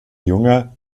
junger